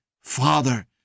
Father